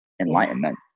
enlightenment